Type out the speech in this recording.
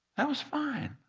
that was fine.